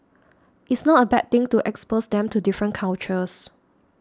it's not a bad thing to expose them to different cultures